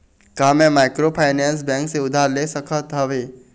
का मैं microfinance bank से उधार ले सकत हावे?